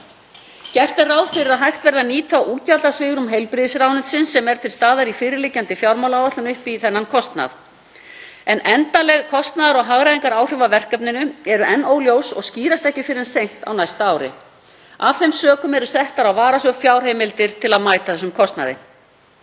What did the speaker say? Gert er ráð fyrir að hægt verði að nýta útgjaldasvigrúm heilbrigðisráðuneytisins sem er til staðar í fyrirliggjandi fjármálaáætlun upp í þennan kostnað en endanleg kostnaðar- og hagræðingaráhrif af verkefninu eru enn óljós og skýrast ekki fyrr en seint á næsta ári. Af þeim sökum eru settar á varasjóð fjárheimildir til að mæta þessum kostnaði.